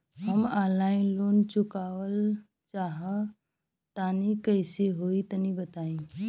हम online loan चुकावल चाहऽ तनि कइसे होई तनि बताई?